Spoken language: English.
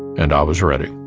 and i was ready